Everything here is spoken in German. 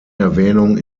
erwähnung